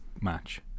match